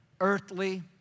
earthly